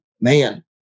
man